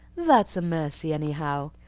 that's a mercy, anyhow.